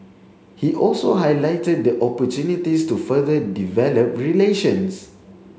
he also highlighted the opportunities to further develop relations